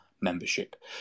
membership